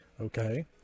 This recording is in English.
Okay